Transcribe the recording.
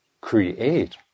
create